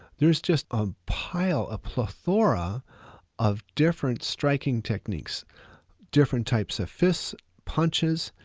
there's just a pile, a plethora of different striking techniques different types of fists, punches,